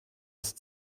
ist